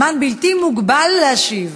זמן בלתי מוגבל להשיב,